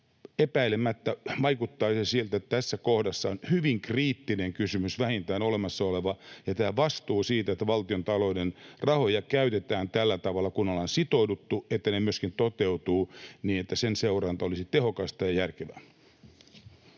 epäilemättä vaikuttaisi nyt siltä, hyvin kriittinen kysymys vähintään olemassa oleva, ja tämä vastuu siitä, että valtiontalouden rahoja käytetään tällä tavalla, että mihin ollaan sitouduttu, se myöskin toteutuu, ja että sen seuranta olisi tehokasta ja järkevää.